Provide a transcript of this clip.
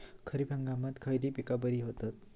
खरीप हंगामात खयली पीका बरी होतत?